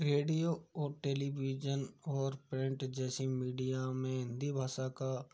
radio और television और print जैसी मीडिया में हिंदी भाषा का